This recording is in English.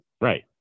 Right